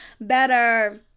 better